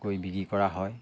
কৈ বিক্ৰী কৰা হয়